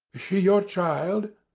she your child?